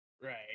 Right